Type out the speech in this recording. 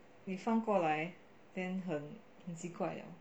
你翻过来 then 很奇怪了